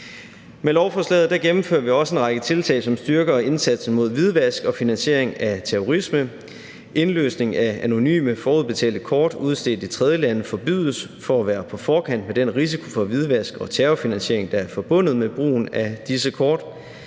Med lovforslaget gennemfører vi også en række tiltag, som styrker indsatsen mod hvidvask og finansiering af terrorisme. Indløsning af anonyme forudbetalte kort udstedt i tredjelande forbydes for at være på forkant med den risiko for hvidvask og terrorfinansiering, der er forbundet med brugen af disse kort.